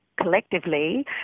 collectively